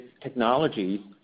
technology